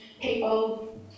people